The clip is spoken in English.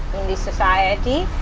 in this society,